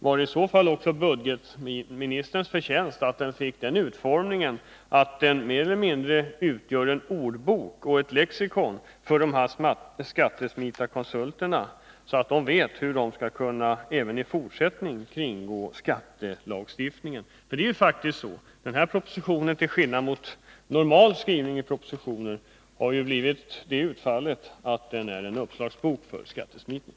Var det i så fall också budgetministerns förtjänst att propositionen fick en sådan utformning att den mer eller mindre utgör en ordbok och ett lexikon för skattesmitarkonsulter, så att de vet hur de även i fortsättningen skall kunna kringgå skattelagstiftningen? Propositionen har nämligen, till skillnad från normalt utformade propositioner, fått ett sådant utfall att den är en uppslagsbok för skattesmitare.